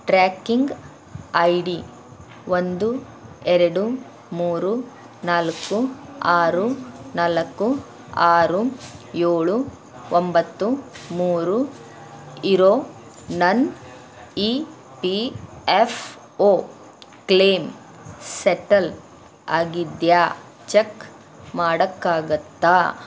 tracking ID ಒಂದು ಎರಡು ಮೂರು ನಾಲ್ಕು ಆರು ನಾಲಕ್ಕು ಆರು ಏಳು ಒಂಬತ್ತು ಮೂರು ಇರೋ ನನ್ನ E P F O claim settle ಆಗಿದ್ಯಾ ಚಕ್ ಮಾಡಕಾಗತ್ತಾ